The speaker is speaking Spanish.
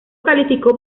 calificó